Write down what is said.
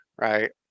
right